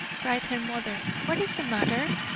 cried her mother, what is the matter?